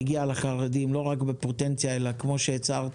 מגיע לחרדים ולא רק בפוטנציה אלא כמו שהצהרתם